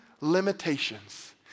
limitations